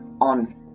on